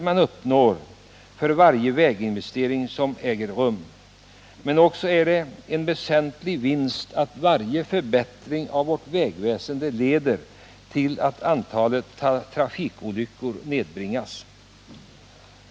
Men det är också en väsentlig vinst att varje förbättring av vårt vägväsende leder till att antalet trafikolyckor nedbringas.